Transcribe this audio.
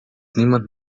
niemand